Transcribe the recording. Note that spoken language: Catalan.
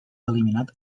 eliminat